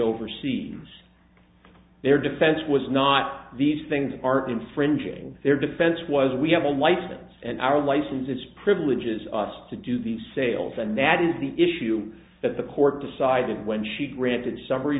overseas their defense was not these things aren't infringing their defense was we have a license and our licenses privileges us to do the sales and that is the issue that the court decided when she granted summary